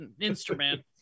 instrument